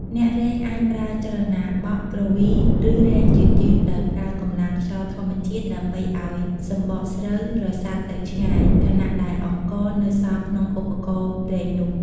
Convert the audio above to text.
អ្នករែងអាចប្រើចលនាបក់ គ្រវី ឬរែងយឺតៗ ដោយប្រើកម្លាំងខ្យល់ធម្មជាតិដើម្បីឱ្យសម្បកស្រូវរសាត់ទៅឆ្ងាយ ខណៈដែលអង្ករនៅសល់ក្នុងឧបករណ៍រែងនោះ។